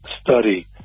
study